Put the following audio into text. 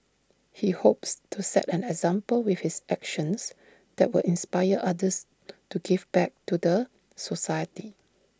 he hopes to set an example with his actions that will inspire others to give back to the society